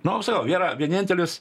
nu aš sakau yra vienintelis